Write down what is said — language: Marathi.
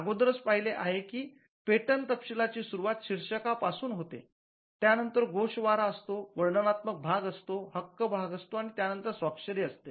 अगोदरच पाहिले आहे की पेटंट तपशिलाची सुरुवात शीर्षकापासून होते त्या नंतर गोषवारा असतो वर्णनात्मक भाग असतो हक्क भाग असतो आणि नंतर स्वाक्षरी असते